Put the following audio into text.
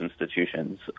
institutions